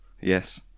Yes